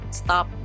stop